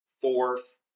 fourth